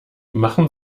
machen